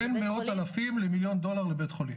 בין מאות אלפים למיליון דולר לבית חולים.